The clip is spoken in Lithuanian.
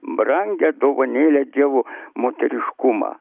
brangią dovanėlę dievo moteriškumą